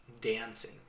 dancing